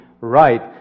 right